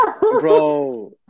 Bro